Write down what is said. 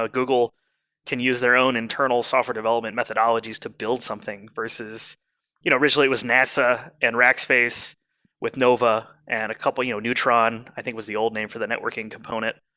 ah google can use their own internal software development methodologies to build something versus you know originally, it was nasa and rackspace with nova and a couple of you know neutron. i think it was the old name for that networking component.